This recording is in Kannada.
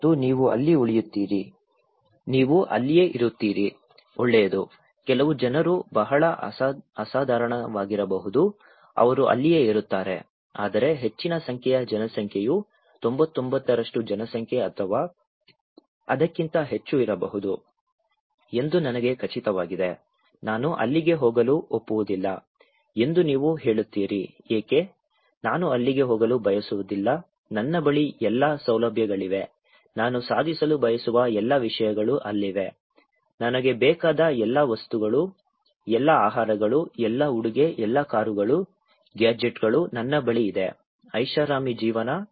ಮತ್ತು ನೀವು ಅಲ್ಲಿ ಉಳಿಯುತ್ತೀರಿ ನೀವು ಅಲ್ಲಿಯೇ ಇರುತ್ತೀರಾ ಒಳ್ಳೆಯದು ಕೆಲವು ಜನರು ಬಹಳ ಅಸಾಧಾರಣವಾಗಿರಬಹುದು ಅವರು ಅಲ್ಲಿಯೇ ಇರುತ್ತಾರೆ ಆದರೆ ಹೆಚ್ಚಿನ ಸಂಖ್ಯೆಯ ಜನಸಂಖ್ಯೆಯು 99 ಜನಸಂಖ್ಯೆ ಅಥವಾ ಅದಕ್ಕಿಂತ ಹೆಚ್ಚು ಇರಬಹುದು ಎಂದು ನನಗೆ ಖಚಿತವಾಗಿದೆ ನಾನು ಅಲ್ಲಿಗೆ ಹೋಗಲು ಒಪ್ಪುವುದಿಲ್ಲ ಎಂದು ನೀವು ಹೇಳುತ್ತೀರಿ ಏಕೆ ನಾನು ಅಲ್ಲಿಗೆ ಹೋಗಲು ಬಯಸುವುದಿಲ್ಲ ನನ್ನ ಬಳಿ ಎಲ್ಲಾ ಸೌಲಭ್ಯಗಳಿವೆ ನಾನು ಸಾಧಿಸಲು ಬಯಸುವ ಎಲ್ಲಾ ವಿಷಯಗಳು ಅಲ್ಲಿವೆ ನನಗೆ ಬೇಕಾದ ಎಲ್ಲಾ ವಸ್ತುಗಳು ಎಲ್ಲಾ ಆಹಾರಗಳು ಎಲ್ಲಾ ಉಡುಗೆ ಎಲ್ಲಾ ಕಾರುಗಳು ಗ್ಯಾಜೆಟ್ಗಳು ನನ್ನ ಬಳಿ ಇದೆ ಐಷಾರಾಮಿ ಜೀವನ